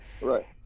right